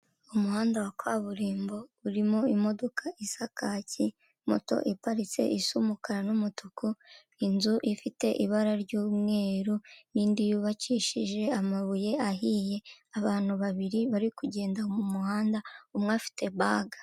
Umuhanda wa kaburimbo urimo imodoka isa kaki moto iparitse isa umukara n'umutuku, inzu ifite ibara ry'umweru n'indi yubakishije amabuye ahiye abantu babiri bari kugenda mu muhanda umwe afite baga.